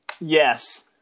Yes